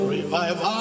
Revive